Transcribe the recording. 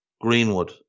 Greenwood